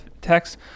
text